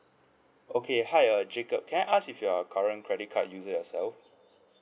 okay hi uh jacob can I ask if you're current credit card user yourself